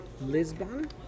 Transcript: Lisbon